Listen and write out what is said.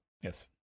Yes